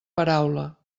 paraula